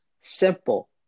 simple